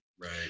Right